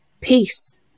peace